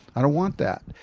i don't want that.